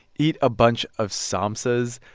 eat a bunch of samsas.